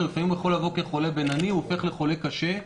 לפעמים הוא יכול לבוא כחולה בינוני והופך לחולה קשה,